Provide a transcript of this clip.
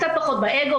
קצת פחות באגו,